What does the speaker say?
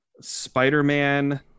Spider-Man